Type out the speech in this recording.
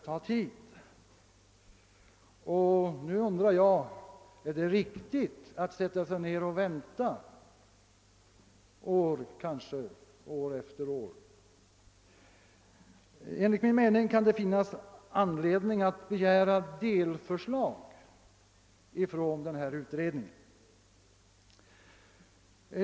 Jag undrar därför om det är riktigt att sätta sig ned och vänta på detta betänkande kanske år efter år. Enligt min mening kan det finnas anledning att begära delförslag från utredningen.